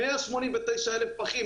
189,000 פחים,